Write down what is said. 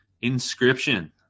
Inscription